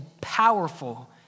powerful